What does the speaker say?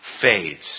Fades